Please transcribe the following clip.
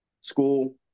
school